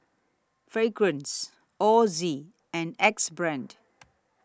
Fragrance Ozi and Axe Brand